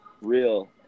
real